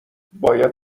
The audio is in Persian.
باید